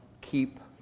keep